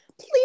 please